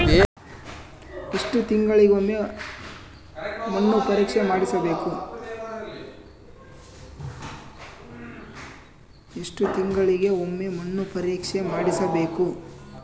ಎಷ್ಟು ತಿಂಗಳಿಗೆ ಒಮ್ಮೆ ಮಣ್ಣು ಪರೇಕ್ಷೆ ಮಾಡಿಸಬೇಕು?